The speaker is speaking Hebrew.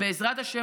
בעזרת השם,